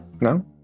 No